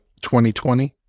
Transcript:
2020